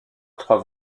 trois